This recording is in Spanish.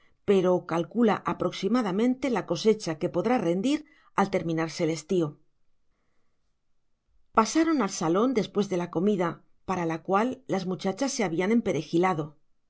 pero calcula aproximadamente la cosecha que podrá rendir al terminarse el estío pasaron al salón después de la comida para la cual las muchachas se habían